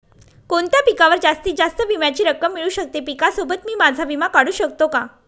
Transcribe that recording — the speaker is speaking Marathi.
कोणत्या पिकावर जास्तीत जास्त विम्याची रक्कम मिळू शकते? पिकासोबत मी माझा विमा काढू शकतो का?